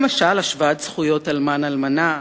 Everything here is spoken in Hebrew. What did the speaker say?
למשל, השוואת זכויות אלמן-אלמנה.